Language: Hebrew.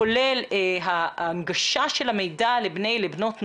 כולל ההנגשה של המידע לבני ובנות נוער,